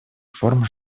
форм